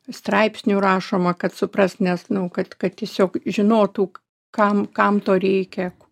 straipsnių rašoma kad suprast nes nu kad kad tiesiog žinotų kam kam to reikia